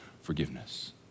forgiveness